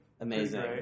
Amazing